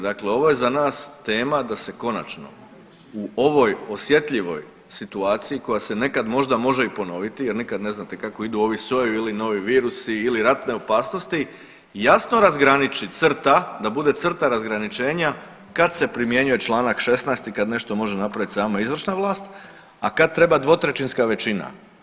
Dakle, ovo je za nas tema da se konačno u ovoj osjetljivoj situaciji koja se nekad možda može i ponoviti jer nikad ne znate kako idu ovi sojevi ili novi virusi ili ratne opasnosti jasno razgraniči crta, da bude crta razgraničenja kad se primjenjuje članak 16. i kad nešto može napraviti samo izvršna vlast, a kad treba dvotrećinska većina.